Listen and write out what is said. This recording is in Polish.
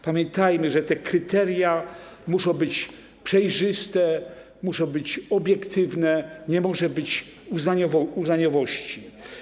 Pamiętajmy, że te kryteria muszą być przejrzyste, muszą być obiektywne, nie może być uznaniowości.